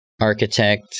architect